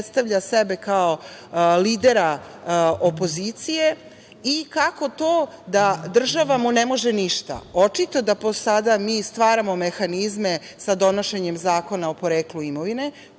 predstavlja sebe kao lidera opozicije i kako to da mu država ne može ništa? Očito da sada mi stvaramo mehanizme sa donošenjem Zakona o poreklu imovine